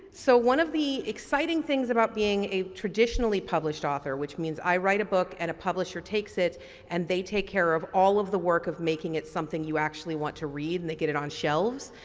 so, one of the exciting things about being a traditionally published author which means i write a book and a publisher takes it and they take care of all of the work of making it something you actually want to read and they get it on shelves,